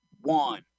one